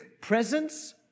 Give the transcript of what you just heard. presence